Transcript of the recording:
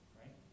right